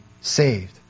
saved